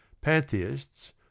Pantheists